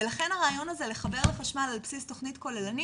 ולכן הרעיון הזה לחבר לחשמל על בסיס תכנית כוללנית,